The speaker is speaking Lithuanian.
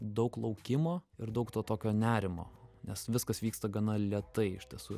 daug laukimo ir daug to tokio nerimo nes viskas vyksta gana lėtai iš tiesų